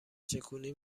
چکونی